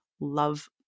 love